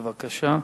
בבקשה.